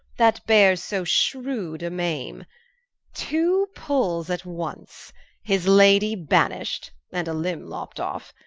that beares so shrewd a mayme two pulls at once his lady banisht, and a limbe lopt off.